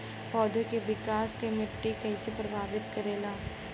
पौधा के विकास मे मिट्टी कइसे प्रभावित करेला?